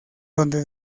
donde